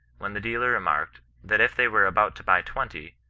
when the dealer remarked, that if they were about to buy twenty,